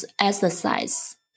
exercise